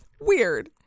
Weird